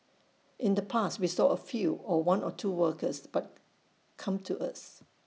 in the past we saw A few or one or two workers but come to us